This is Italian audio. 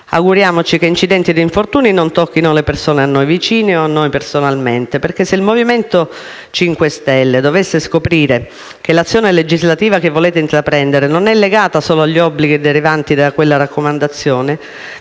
Auguriamoci che incidenti e infortuni non tocchino persone a noi vicine o noi personalmente perché, se il Movimento 5 Stelle dovesse scoprire che l'azione legislativa che volete intraprendere non è legata solo agli obblighi derivanti da quella raccomandazione,